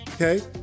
Okay